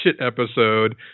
episode